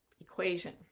equation